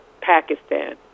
Pakistan